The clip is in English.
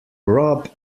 rob